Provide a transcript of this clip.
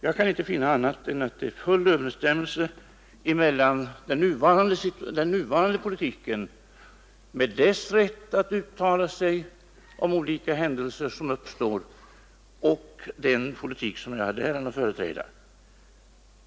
Jag kan inte finna annat än att det råder full överensstämmelse mellan den nuvarande politiken, med dess rätt att uttala sig om olika händelser som uppstår, och den politik som jag hade äran att företräda.